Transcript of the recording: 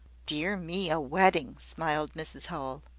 dear me, a wedding! smiled mrs howell.